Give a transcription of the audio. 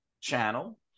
channel